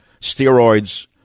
steroids